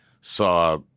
saw